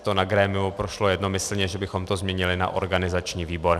To na grémiu prošlo jednomyslně, že bychom to změnili na organizační výbor.